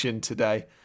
today